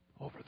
over